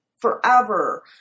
forever